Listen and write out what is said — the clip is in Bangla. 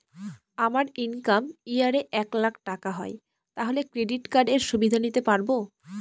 আমার ইনকাম ইয়ার এ এক লাক টাকা হয় তাহলে ক্রেডিট কার্ড এর সুবিধা নিতে পারবো?